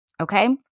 okay